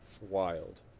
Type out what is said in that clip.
wild